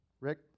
Rick